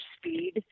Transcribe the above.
speed